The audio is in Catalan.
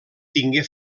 tingué